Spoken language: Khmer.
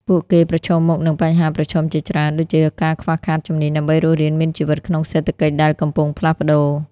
ពួកគេប្រឈមមុខនឹងបញ្ហាប្រឈមជាច្រើន ដូចជាការខ្វះខាតជំនាញដើម្បីរស់រានមានជីវិតក្នុងសេដ្ឋកិច្ចដែលកំពុងផ្លាស់ប្តូរ។